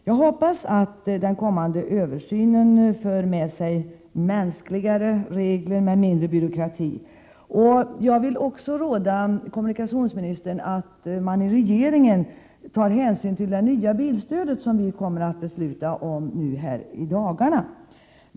Jag hoppas att den kommande översynen leder till mänskligare regler med mindre byråkrati. Jag vill också råda kommunikationsministern att man i regeringen tar hänsyn till det nya bilstödet, som vi kommer att fatta beslut om i dagarna.